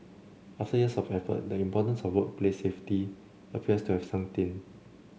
after years of effort the importance of workplace safety appears to have sunked in